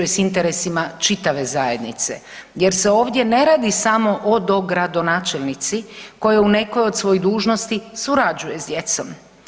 interesima čitave zajednice jer se ovdje ne radi samo o dogradonačelnici, koja u nekoj od svojih dužnosti surađuje s djecom.